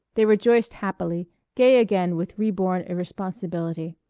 they rejoiced happily, gay again with reborn irresponsibility.